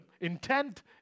intent